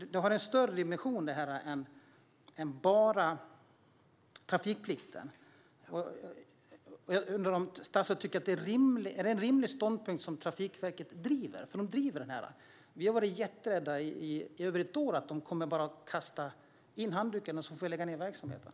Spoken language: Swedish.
Det är en större dimension än bara trafikplikten. Jag undrar om statsrådet tycker att det är en rimlig ståndpunkt som Trafikverket driver. De driver detta. Vi har varit jätterädda i över ett år för att de ska kasta in handduken så att vi får lägga ned verksamheten.